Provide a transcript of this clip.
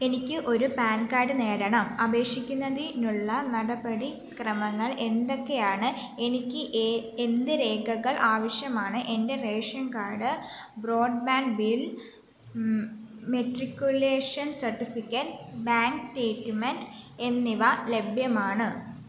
എനിക്ക് ഒരു PAN card നേടണം അപേക്ഷിക്കുന്നതിനുള്ള നടപടിക്രമങ്ങൾ എന്തൊക്കെയാണ് എനിക്ക് എന്ത് രേഖകൾ ആവശ്യമാണ് എൻ്റെ ration card broadband bill matriculation certificate bank statement എന്നിവ ലഭ്യമാണ്